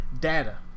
data